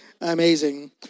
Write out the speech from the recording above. amazing